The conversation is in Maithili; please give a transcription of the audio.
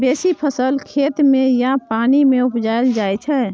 बेसी फसल खेत मे या पानि मे उपजाएल जाइ छै